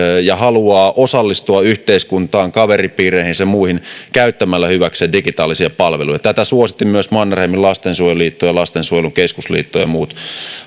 ja haluaa osallistua yhteiskuntaan kaveripiireihinsä ja muihin käyttämällä hyväkseen digitaalisia palveluja tätä suosittivat myös mannerheimin lastensuojeluliitto lastensuojelun keskusliitto ja muut